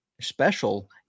special